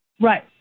Right